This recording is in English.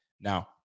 Now